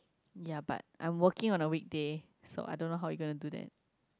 ya but I'm working on a weekday so I don't know how you going to do that